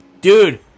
Dude